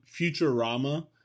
Futurama